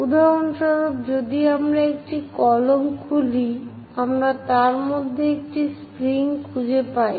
উদাহরণস্বরূপ যদি আমরা একটি কলম খুলি আমরা তার মধ্যে একটি স্প্রিং খুঁজে পাই